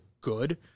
good